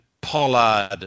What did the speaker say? Pollard